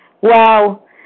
Wow